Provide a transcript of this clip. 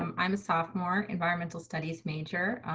um i'm a sophomore environmental studies major.